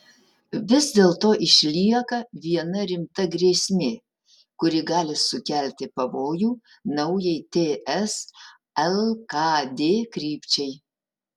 vis dėlto išlieka viena rimta grėsmė kuri gali sukelti pavojų naujai ts lkd krypčiai